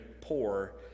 poor